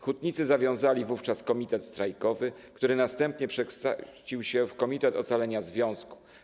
Hutnicy zawiązali wówczas komitet strajkowy, który następnie przekształcił się w komitet ocalenia związku.